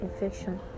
infection